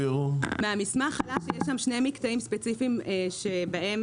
מהמסמך עלה שיש שני מקטעים ספציפיים שבהם